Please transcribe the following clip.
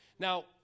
Now